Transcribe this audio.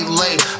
late